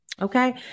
Okay